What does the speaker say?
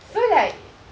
so like